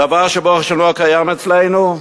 דבר שלא קיים אצלנו.